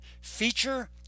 Feature